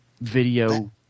video